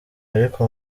ariko